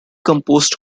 composed